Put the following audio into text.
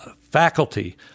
faculty